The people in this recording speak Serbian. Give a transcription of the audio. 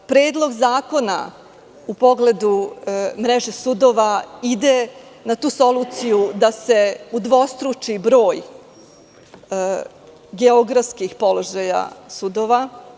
Predlog zakona u pogledu mreže sudova ide na tu soluciju da se udvostruči broj geografskih položaja sudova.